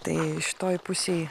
tai šitoj pusėj